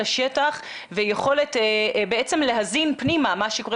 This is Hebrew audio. לשטח ויכולת להזין פנימה את מה שקורה